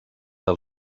del